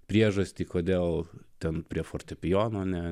priežastį kodėl ten prie fortepijono ne